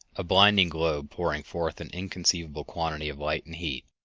a blinding globe pouring forth an inconceivable quantity of light and heat,